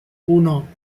uno